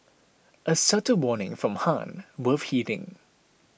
a subtle warning from Han worth heeding